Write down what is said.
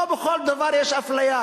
לא בכל דבר יש אפליה,